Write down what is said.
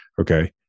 okay